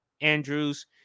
Andrews